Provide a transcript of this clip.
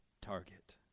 target